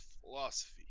philosophy